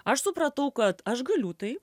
aš supratau kad aš galiu tai